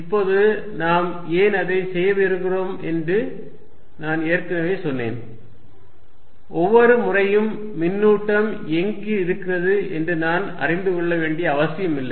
இப்போது நாம் ஏன் அதைச் செய்ய விரும்புகிறோம் என்று நான் ஏற்கனவே சொன்னேன் ஒவ்வொரு முறையும் மின்னூட்டம் எங்கு இருக்கிறது என்று நான் அறிந்து கொள்ள வேண்டிய அவசியமில்லை